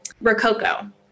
Rococo